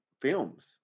films